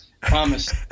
Promise